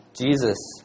Jesus